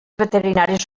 veterinaris